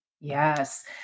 Yes